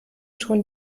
schon